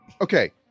Okay